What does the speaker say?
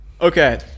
Okay